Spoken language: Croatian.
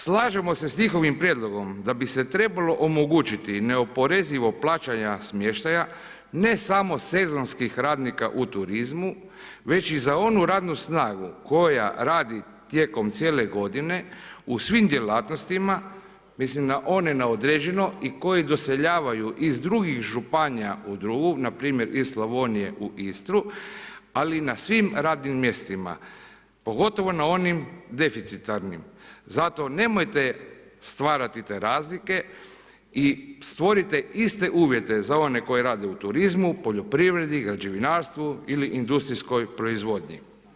Slažemo se s njihovim prijedlog da bi se trebalo omogućiti neoporezivo plaćanje smještaja ne samo sezonskih radnika u turizmu, već i za onu radnu snagu koja radi tijekom cijele godine u svim djelatnostima, mislim na one na određeno i koji doseljavaju iz drugih županija u drugu npr. iz Slavonije u Istru, ali na svim radnim mjestima pogotovo na onim deficitarnim, zato nemojte stvarati te razlike i stvorite iste uvjete za one koji rade u turizmu, poljoprivredi, građevinarstvu ili industrijskoj proizvodnji.